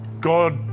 God